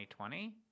2020